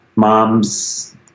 Mom's